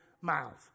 miles